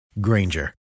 Granger